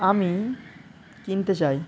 আমি কিনতে চাই